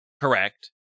correct